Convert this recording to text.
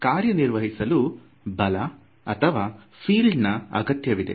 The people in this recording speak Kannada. ಇದಕ್ಕೆ ಕಾರ್ಯ ನಿರ್ವಹಿಸಲು ಬಲ ಅಥವಾ ಫೀಲ್ಡ್ ನಾ ಅಗತ್ಯ ವಿದೆ